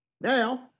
Now